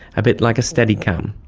a bit like a steady-cam.